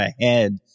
ahead